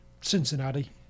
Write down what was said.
Cincinnati